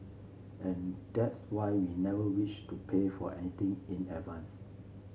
and that's why we never wished to pay for anything in advance